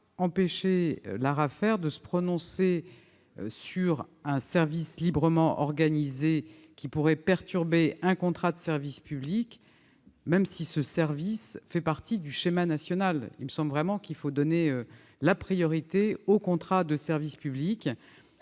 empêcher l'ARAFER de se prononcer sur un service librement organisé qui pourrait perturber un contrat de service public, même si ce service fait partie du schéma national. Il me semble vraiment qu'il faut donner la priorité au contrat de service public.